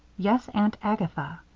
yes, aunt agatha,